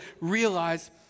realize